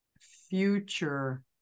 future